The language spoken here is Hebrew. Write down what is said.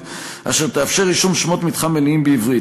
אשר תאפשר רישום שמות מתחם מלאים בעברית.